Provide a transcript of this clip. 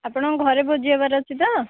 ଆପଣଙ୍କ ଘରେ ଭୋଜି ହବାର ଅଛି ତ